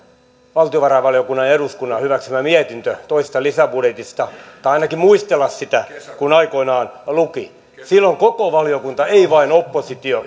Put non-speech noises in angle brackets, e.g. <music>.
valtiovarainvaliokunnan ja eduskunnan hyväksymä mietintö toisesta lisäbudjetista tai ainakin muistella sitä kun aikoinaan luki silloin koko valiokunta ei vain oppositio <unintelligible>